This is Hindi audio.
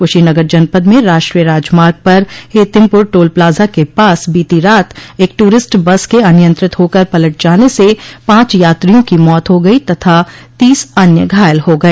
कुशीनगर जनपद में राष्ट्रीय राजमार्ग पर हेतिमपुर टोल प्लाजा के पास बीती रात एक टूरिस्ट बस के अनियंत्रित होकर पलट जाने से पांच यात्रियों की मौत हो गई तथा तीस अन्य घायल हो गय